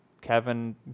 Kevin